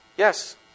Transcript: Yes